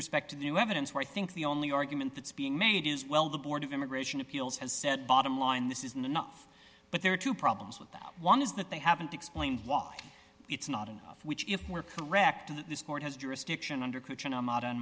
respect to the new evidence where i think the only argument that's being made is well the board of immigration appeals has said bottom line this isn't enough but there are two problems with that one is that they haven't explained why it's not enough which if we're correct that this court has